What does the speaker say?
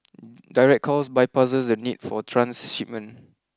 direct calls bypasses the need for transshipment